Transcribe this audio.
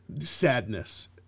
sadness